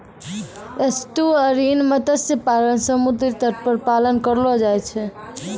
estuarine मत्स्य पालन समुद्री तट पर पालन करलो जाय छै